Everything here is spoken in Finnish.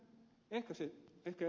ehkä ed